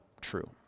true